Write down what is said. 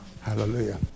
Hallelujah